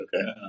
okay